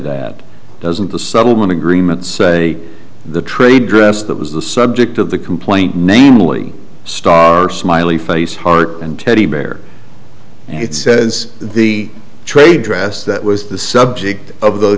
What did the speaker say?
that doesn't the subtle want to greenmount say the trade dress that was the subject of the complaint namely star smiley face heart and teddy bear and it says the trade dress that was the subject of the